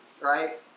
right